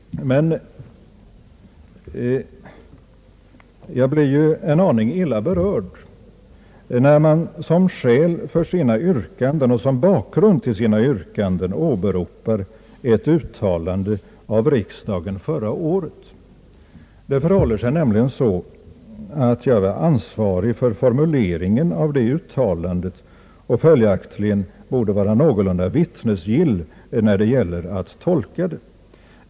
Men jag blir en aning illa berörd när man som bakgrund för sina yrkanden åberopar ett uttalande av riksdagen förra året. Det förhåller sig nämligen så att jag var ansvarig för formuleringen av det uttalandet och följaktligen borde kunna vara någorlunda vittnesgill när det gäller att tolka uttalandet.